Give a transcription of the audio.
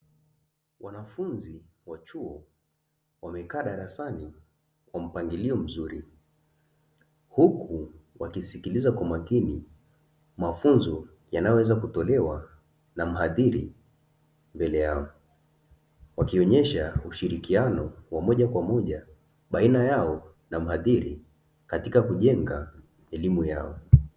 Wanafunzi wa chuo, wamekaa darasani kwa mpangilio mzuri, huku wakisikiliza kwa makini mafunzo yanayoweza kutolewa na mhadhiri mbele yao, wakionyesha ushirikiano wa moja kwa moja baina yao na mhadhiri katika kujenga elimu yao.